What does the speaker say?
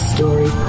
Story